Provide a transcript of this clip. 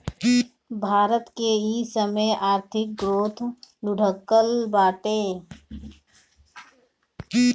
भारत के इ समय आर्थिक ग्रोथ लुढ़कल बाटे